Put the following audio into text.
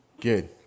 Good